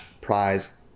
prize